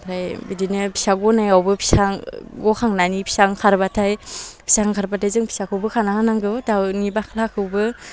ओमफ्राय बिदिनो फिसा गनायावबो फिसा गखांनानै फिसा ओंखारबाथाय फिसा ओंखारबाथाय जों फिसाखौ बोखाना होनांगौ दाउनि बाख्लाखौबो